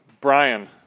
Brian